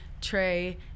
Trey